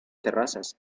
terrazas